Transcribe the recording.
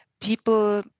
People